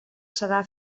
serà